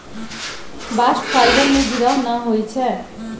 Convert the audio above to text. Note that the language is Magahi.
बास्ट फाइबर में गिरह न होई छै